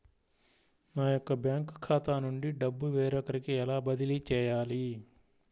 నా యొక్క బ్యాంకు ఖాతా నుండి డబ్బు వేరొకరికి ఎలా బదిలీ చేయాలి?